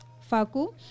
Faku